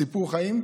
סיפור חיים.